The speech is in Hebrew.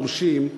פורשים,